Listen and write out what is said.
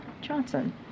Johnson